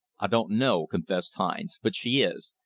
i don' no, confessed hines, but she is.